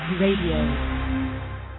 Radio